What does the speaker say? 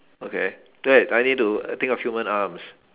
okay wait I need to think of human arms